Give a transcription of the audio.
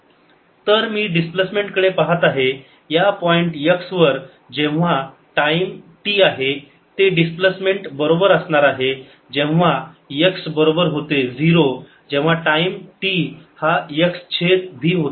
fxtfx0 t xv तर मी displacement कडे पहात आहे या पॉईंट x वर जेव्हा टाईम t आहे ते डिस्प्लेसमेंट बरोबर असणार आहे जेव्हा x बरोबर होते 0 जेव्हा टाईम t हा x छेद v होता